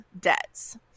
debts